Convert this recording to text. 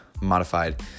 modified